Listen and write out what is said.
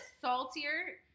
saltier